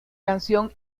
canción